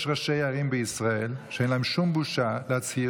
יש ראשי ערים בישראל שאין להם שום בושה להצהיר